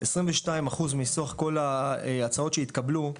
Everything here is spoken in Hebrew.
22 אחוז מסך כל ההצעות שהתקבלו,